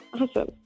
Awesome